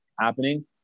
happening